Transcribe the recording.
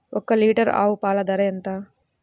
ఒక్క లీటర్ ఆవు పాల ధర ఎంత?